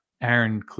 Aaron